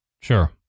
sure